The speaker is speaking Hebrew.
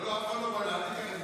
לא, לא, אף אחד לא פנה, אל --- ככה.